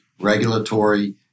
regulatory